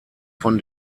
von